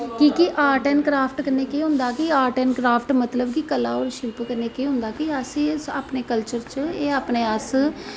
कि के art and craft कन्नैं केह् होंदा ऐ कि आर्ट ऐंड़ क्राफ्ट शिल्प कन्नैं केह् होंदा कि अस अपनें कल्चर एह् अपनें अस